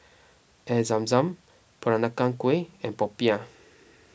Air Zam Zam Peranakan Kueh and Popiah